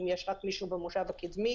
אם יש מישהו רק במושב הקדמי